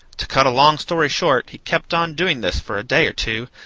to cut a long story short, he kept on doing this for a day or two,